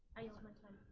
i yield my time.